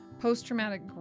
post-traumatic